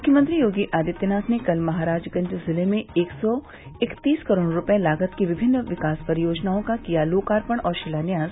मुख्यमंत्री योगी आदित्यनाथ ने कल महराजगंज जिले में एक सौ इक्तीस करोड़ रूपये लागत की विभिन्न विकास परियोजनाओं का किया लोकार्पण और शिलान्यास